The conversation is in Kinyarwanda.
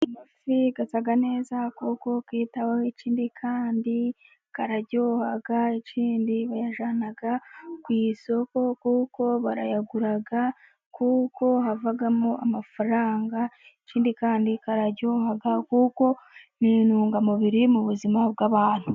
Amafi asa neza kuko yitaweho, ikindi kandi araryoha, ikindi bayajyana ku isoko kuko barayagura kuko havamo amafaranga, ikindi kandi araryoha kuko ni intungamubiri mu buzima bw'abantu.